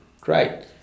Great